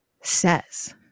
says